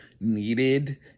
needed